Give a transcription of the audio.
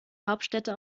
hauptstädte